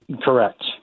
Correct